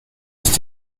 ist